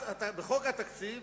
בחוק התקציב